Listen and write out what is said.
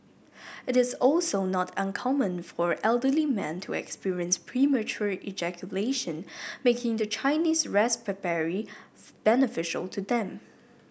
it is also not uncommon for elderly men to experience premature ejaculation making the Chinese raspberry beneficial to them